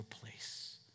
place